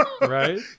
Right